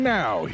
now